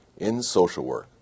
InSocialWork